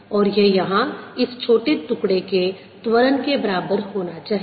और यह यहाँ इस छोटे टुकड़े के त्वरण के बराबर होना चाहिए